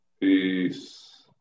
peace